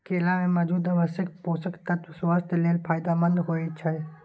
केला मे मौजूद आवश्यक पोषक तत्व स्वास्थ्य लेल फायदेमंद होइ छै